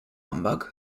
humbug